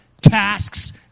Tasks